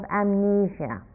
amnesia